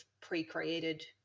pre-created